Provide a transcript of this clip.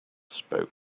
spoke